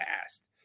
past